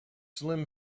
slim